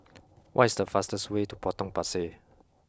what is the fastest way to Potong Pasir